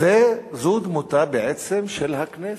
זו דמותה בעצם של הכנסת,